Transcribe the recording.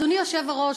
אדוני היושב-ראש,